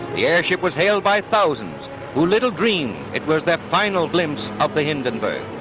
the airship was hailed by thousands who little dreamed it was their final glimpse of the hindenburg,